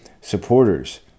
supporters